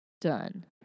Done